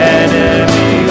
enemy